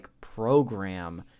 program